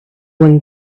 one